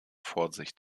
vorsicht